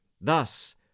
Thus